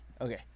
okay